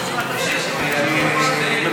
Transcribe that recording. אני מוותר.